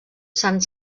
sant